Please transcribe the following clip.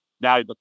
now